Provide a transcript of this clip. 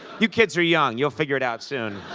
you kids are young. you'll figure it out soon.